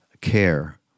care